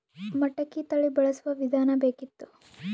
ಮಟಕಿ ತಳಿ ಬಳಸುವ ವಿಧಾನ ಬೇಕಿತ್ತು?